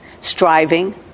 striving